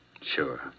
Sure